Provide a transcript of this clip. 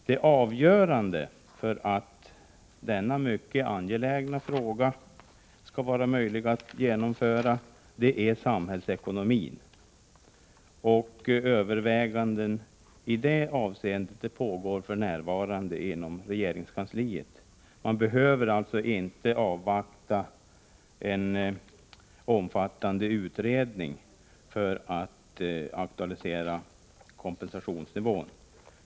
Det avgörande för att denna mycket angelägna åtgärd skall kunna genomföras är emellertid samhällsekonomin, och överväganden i detta avseende pågår för närvarande inom regeringskansliet. Man behöver alltså inte avvakta en omfattande utredning för att aktualisera kompensationsnivån.